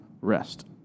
rest